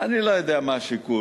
אני לא יודע מה השיקול.